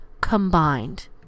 combined